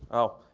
oh,